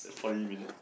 forty minutes